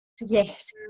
yes